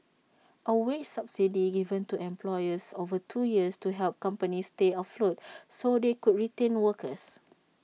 A wage subsidy given to employers over two years to help companies stay afloat so they could retain workers